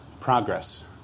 progress